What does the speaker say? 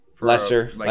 lesser